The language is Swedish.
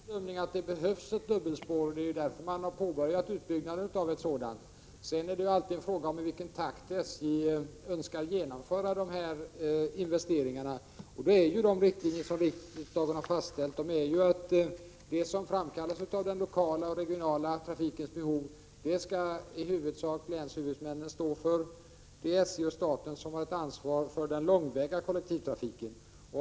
Herr talman! SJ har också gjort den bedömningen att det behövs ett dubbelspår. Det är därför man har påbörjat utbyggnaden av ett sådant. Sedan är det som alltid en fråga om i vilken takt SJ önskar genomföra sina investeringar. De riktlinjer som riksdagen har fastställt säger att de investeringar som framkallas av den lokala och den regionala trafikens behov skall i huvudsak länshuvudmännen stå för. SJ och staten har ansvar för den långväga kollektivtrafiken.